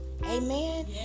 Amen